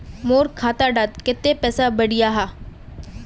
मोर खाता डात कत्ते पैसा बढ़ियाहा?